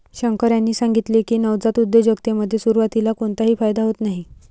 शंकर यांनी सांगितले की, नवजात उद्योजकतेमध्ये सुरुवातीला कोणताही फायदा होत नाही